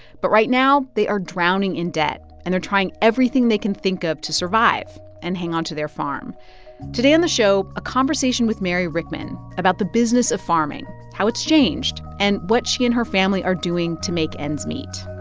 but right now, they are drowning in debt, and they're trying everything they can think of to survive and hang on to their farm today on the show, a conversation with mary rieckmann about the business of farming, how it's changed and what she and her family are doing to make ends meet